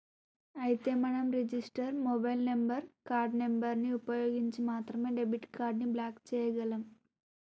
అయితే మనం register mobile number card number ని ఉపయోగించి మాత్రమే డెబిట్ కార్డు ని బ్లాక్ చేయగలం